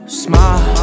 smile